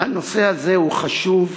הנושא הזה הוא חשוב.